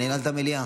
אני אנעל את המליאה.